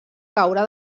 caure